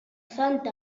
sant